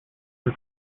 for